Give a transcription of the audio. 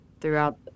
throughout